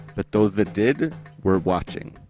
but those that did were watching.